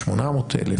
800,000,